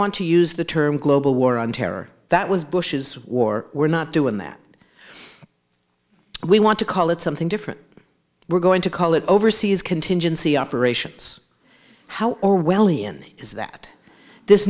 want to use the term global war on terror that was bush's war we're not doing that we want to call it something different we're going to call it overseas contingency operations how orwellian is that this